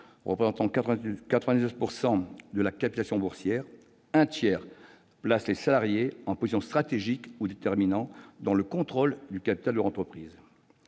représentant 99 % de la capitalisation boursière, un tiers placent les salariés en position stratégique ou déterminante dans le contrôle du capital de leur entreprise.